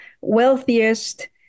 wealthiest